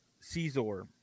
Caesar